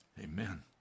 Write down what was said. Amen